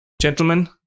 Gentlemen